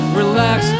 relax